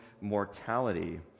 mortality